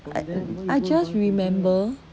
I I just remember